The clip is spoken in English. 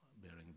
bearing